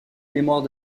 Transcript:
mémoire